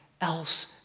else